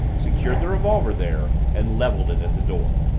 secured the revolver there and leveled it at the door.